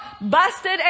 busted